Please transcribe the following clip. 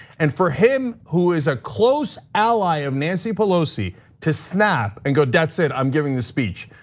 and for him, who is a close ally of nancy pelosi to snap and go, that's it. i'm giving the speech,